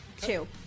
Two